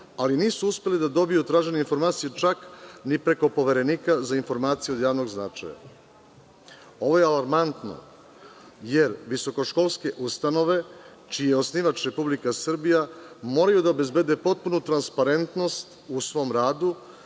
ali nisu uspeli da dobiju traženu informaciju čak ni preko Poverenika za informacije od javnog značaja. Ovo je alarmantno, jer visokoškolske ustanove čiji je osnivač Republika Srbija moraju da obezbede potpunu transparentnost u svom radu,